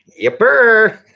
Yipper